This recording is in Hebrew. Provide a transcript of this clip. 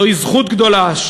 זוהי זכות גדולה.